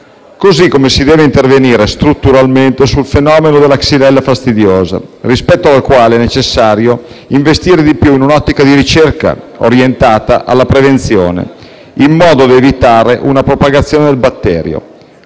modo si deve intervenire strutturalmente sul fenomeno della xylella fastidiosa, rispetto alla quale è necessario investire di più in un'ottica di ricerca orientata anche alla prevenzione, in modo da evitare una propagazione del batterio;